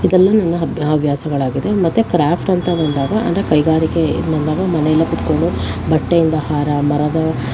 ಇದೆಲ್ಲ ನನ್ನ ಹವ್ಯಾಸಗಳಾಗಿದೆ ಮತ್ತೆ ಕ್ರಾಫ್ಟ್ ಅಂತ ಬಂದಾಗ ಅಂದರೆ ಕೈಗಾರಿಕೆ ಬಂದಾಗ ಮನೆಯಲ್ಲೇ ಕೂತ್ಕೊಂಡು ಬಟ್ಟೆಯಿಂದ ಹಾರ ಮರದ